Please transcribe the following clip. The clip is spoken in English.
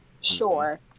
Sure